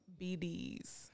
BDS